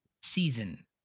season